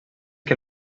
que